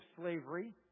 slavery